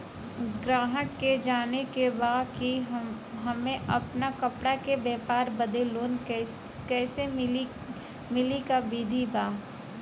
गराहक के जाने के बा कि हमे अपना कपड़ा के व्यापार बदे लोन कैसे मिली का विधि बा?